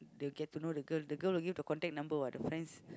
they will get to know the girl the girl will give the contact number what the friend